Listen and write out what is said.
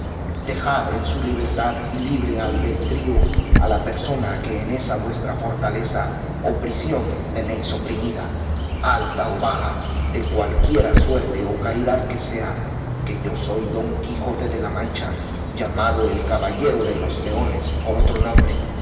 dejad en su libertad y libre albedrío a la persona que en esa vuestra fortaleza o prisión tenéis oprimida alta o baja de cualquiera suerte o calidad que sea que yo soy don quijote de la mancha llamado el caballero de los leones por otro nombre